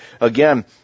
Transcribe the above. again